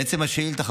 לעצם השאילתה,